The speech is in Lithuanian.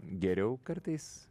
geriau kartais